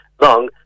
long